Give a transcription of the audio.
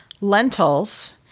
lentils